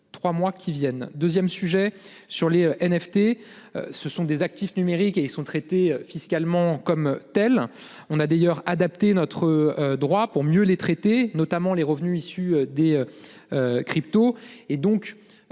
les 3 mois qui viennent. 2ème. Sujet sur les NFT. Ce sont des actifs numériques et ils sont traités fiscalement comme telle. On a d'ailleurs adapter notre droit pour mieux les traiter notamment les revenus issus des. Cryptos